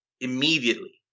immediately